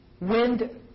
wind